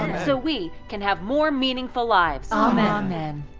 and so we can have more meaningful lives. um um